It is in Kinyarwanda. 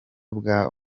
bwa